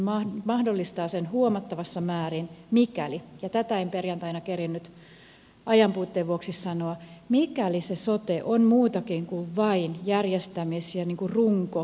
sotehan mahdollistaa sen huomattavissa määrin mikäli ja tätä en perjantaina kerinnyt ajanpuutteen vuoksi sanoa se sote on muutakin kuin vain järjestämis ja niin kuin runko raamiratkaisu